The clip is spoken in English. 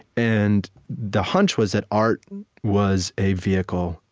and the hunch was that art was a vehicle.